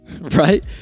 right